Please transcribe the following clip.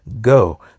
Go